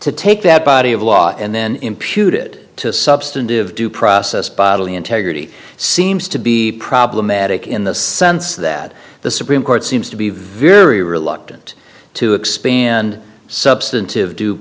to take that body of law and then imputed to substantive due process bodily integrity seems to be problematic in the sense that the supreme court seems to be very reluctant to expand substantive due